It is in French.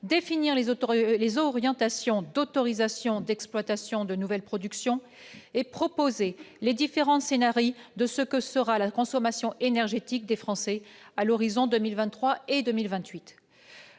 définir les orientations d'autorisations d'exploitation de nouvelles productions, et proposer les différents scenarii de ce que sera la consommation énergétique des Français en 2023 et en 2028.